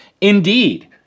indeed